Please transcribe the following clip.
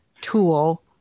tool